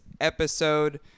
episode